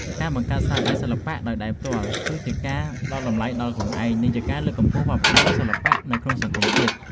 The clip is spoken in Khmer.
ការបង្កើតស្នាដៃសិល្បៈដោយដៃផ្ទាល់គឺជាការផ្ដល់តម្លៃដល់ខ្លួនឯង និង ជាការលើកកម្ពស់វប្បធម៌សិល្បៈនៅក្នុងសង្គមជាតិ។